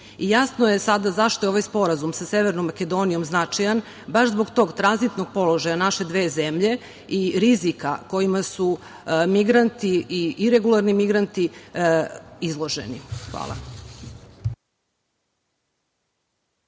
Jasno je sada zašto je ovaj sporazuma sa Severnom Makedonijom značajan, baš zbog tog tranzitnog položaja naše dve zemlje i rizika kojima su migranti i iregularni migranti izloženi. Hvala.